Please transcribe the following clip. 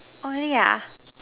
oh really ah